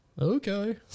Okay